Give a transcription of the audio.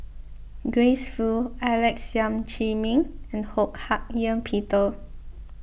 Grace Fu Alex Yam Ziming and Ho Hak Ean Peter